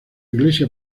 iglesia